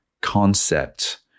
concept